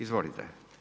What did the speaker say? Izvolite.